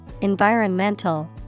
environmental